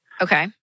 Okay